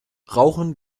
rauchen